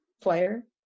player